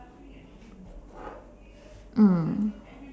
mm